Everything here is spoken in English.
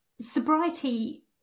Sobriety